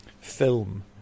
film